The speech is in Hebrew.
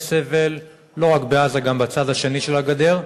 יש סבל, לא רק בעזה, גם בצד השני של הגדר.